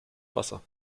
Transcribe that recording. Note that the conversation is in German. wasser